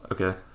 Okay